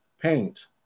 paint